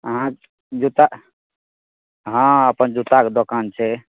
अहाँ जुत्ता हँ अपन जुत्ताके दोकान छै